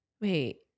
Wait